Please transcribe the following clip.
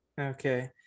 Okay